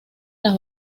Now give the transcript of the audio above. las